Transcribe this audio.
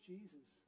Jesus